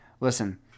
listen